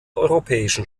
europäischen